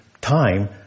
time